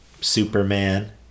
Superman